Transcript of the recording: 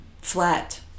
flat